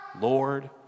Lord